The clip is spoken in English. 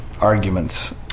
arguments